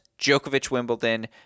Djokovic-Wimbledon